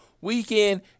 weekend